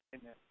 Amen